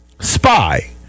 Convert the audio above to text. spy